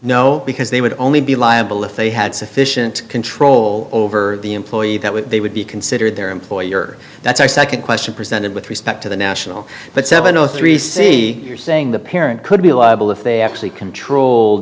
no because they would only be liable if they had sufficient control over the employee that would they would be considered their employer that's a second question presented with respect to the national but seven zero three c you're saying the parent could be liable if they actually control